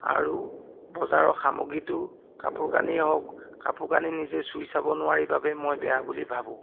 আৰু বজাৰৰ সামগ্ৰীটো কাপোৰ কানি হওক কাপোৰ কানি নিজে চুই চাব নোৱাৰি বাবে মই বেয়া বুলি ভাবোঁ